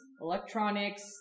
electronics